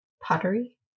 Pottery